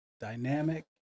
Dynamic